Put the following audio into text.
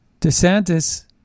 DeSantis